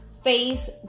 face